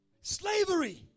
Slavery